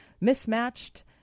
mismatched